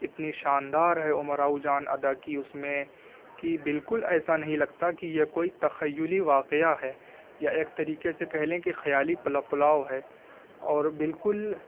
اتنی شاندار ہے امراؤ جان ادا کی اس میں کہ بالکل ایسا نہیں لگتا کہ یہ کوئی تخیلی واقعہ ہے یا ایک طریقے سے کہہ لیں کہ خیالی پلاؤ ہے اور بالکل